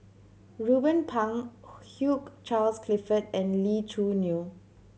Ruben Pang Hugh Charles Clifford and Lee Choo Neo